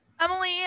emily